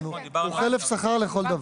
הוא חלף שכר לכל דבר.